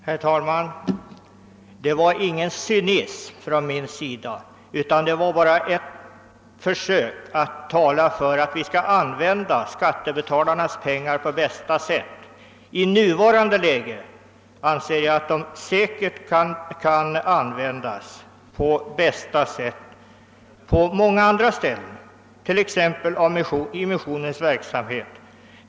Herr talman! Det var ingen cynism från min sida, utan det var ett försök att tala för att vi skall använda skattebetalarnas pengar på bästa sätt. I nuvarande läge anser jag att de pengarna säkert kan användas på ett bättre sätt på många andra ställen, t.ex. i missionens verksamhet.